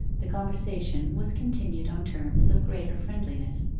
the conversation was continued on terms of greater friendliness.